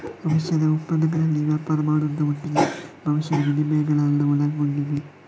ಭವಿಷ್ಯದ ಒಪ್ಪಂದಗಳಲ್ಲಿ ವ್ಯಾಪಾರ ಮಾಡುದ್ರ ಒಟ್ಟಿಗೆ ಭವಿಷ್ಯದ ವಿನಿಮಯಗಳನ್ನ ಒಳಗೊಂಡಿದೆ